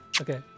Okay